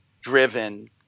driven